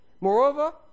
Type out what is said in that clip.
Moreover